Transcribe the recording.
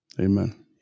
Amen